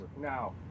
Now